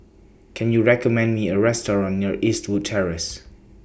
Can YOU recommend Me A Restaurant near Eastwood Terrace